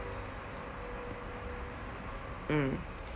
mm